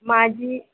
माझी